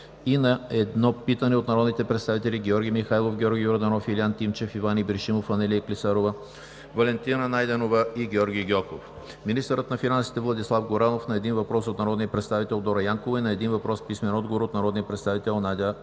и на едно питане от народните представители Георги Михайлов, Георги Йорданов, Илиян Тимчев, Иван Ибришимов, Анелия Клисарова, Валентина Найденова и Георги Гьоков; - министърът на финансите Владислав Горанов на един въпрос от народния представител Дора Янкова и на един въпрос с писмен отговор от народния представител Надя Клисурска;